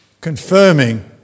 confirming